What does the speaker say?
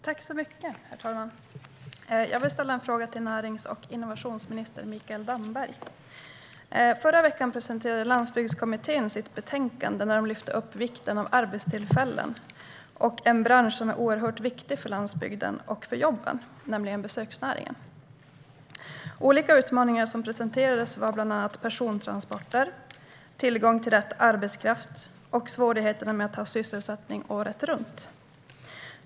Herr talman! Jag vill ställa en fråga till närings och innovationsminister Mikael Damberg. Förra veckan presenterade Landsbygdskommittén sitt betänkande, där de lyfte upp vikten av arbetstillfällen och en bransch som är oerhört viktig för landsbygden och för jobben, nämligen besöksnäringen. Olika utmaningar som presenterades var bland annat persontransporter, tillgång till rätt arbetskraft och svårigheter med att ha sysselsättning året runt.